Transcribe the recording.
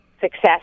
success